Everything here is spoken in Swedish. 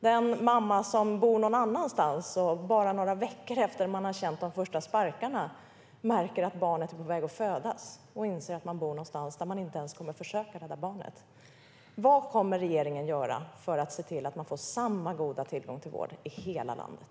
Den mamma som bor någon annanstans, och som bara några veckor efter att ha känt de första sparkarna märker att barnet är på väg att födas, inser att hon bor någonstans där man inte ens kommer att försöka rädda barnet. Vad kommer regeringen att göra för att se till att man får samma goda tillgång till vård i hela landet?